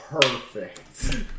Perfect